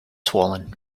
swollen